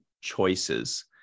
choices